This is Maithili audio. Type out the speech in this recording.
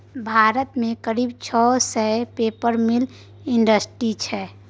भारत मे करीब छह सय पेपर मिल इंडस्ट्री छै